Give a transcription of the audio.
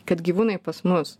kad gyvūnai pas mus